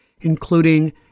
including